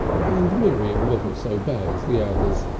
and miriam wasn't so bad as the others.